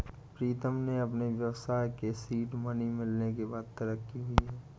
प्रीतम के अपने व्यवसाय के सीड मनी मिलने के बाद तरक्की हुई हैं